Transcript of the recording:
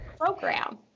program